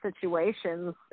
situations